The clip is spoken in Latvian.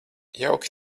jauki